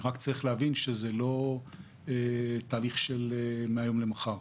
רק צריך להבין שזה לא תהליך של מהיום למחר.